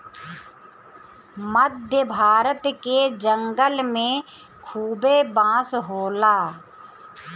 मध्य भारत के जंगल में खूबे बांस होला